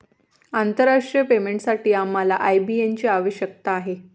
आंतरराष्ट्रीय पेमेंटसाठी आम्हाला आय.बी.एन ची आवश्यकता आहे